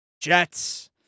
Jets